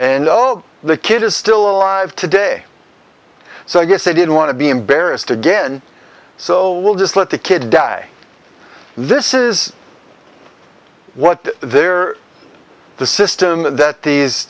and the kid is still alive today so i guess they didn't want to be embarrassed again so we'll just let the kid die this is what they're the system that these